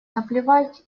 наплевать